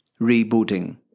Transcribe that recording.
Rebooting